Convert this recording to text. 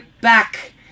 back